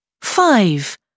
Five